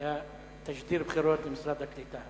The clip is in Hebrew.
זה היה תשדיר בחירות למשרד הקליטה.